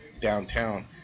downtown